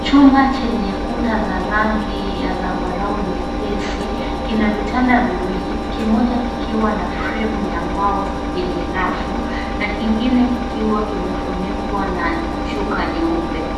Chumba chenye kuta za rangi ya zambarau nyepesi kina vitanda viwili, kimoja kikiwa na fremu ya mbao yenye rafu na kingine kikiwa kimefunikwa na shuka nyeupe.